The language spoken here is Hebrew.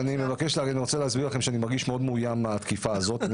אני רוצה להסביר שאני מרגיש מאוד מאוים מהתקיפה הזאת.